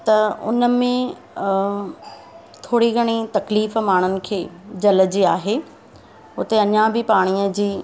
त उनमें अं थोरी घणी तकलीफ़ माण्हुनि खे जलजी आहे उते अञा बि पाणीअ जी